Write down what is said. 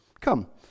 Come